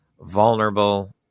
vulnerable